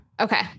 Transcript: Okay